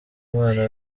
umwana